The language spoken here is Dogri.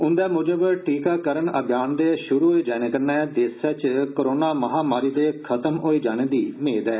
उन्दे म्जब टीकाकरण अभियान दे शुरू होई जाने कन्ने देसै च कोरोना महामारी दे खत्म होई जाने दी संभावना ऐ